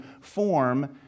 form